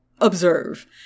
observe